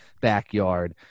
backyard